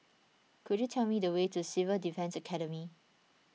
could you tell me the way to Civil Defence Academy